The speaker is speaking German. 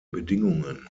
bedingungen